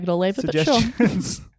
suggestions